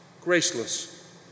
graceless